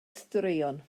straeon